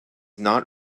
not